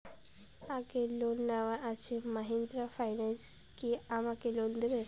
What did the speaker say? আগের লোন নেওয়া আছে মাহিন্দ্রা ফাইন্যান্স কি আমাকে লোন দেবে?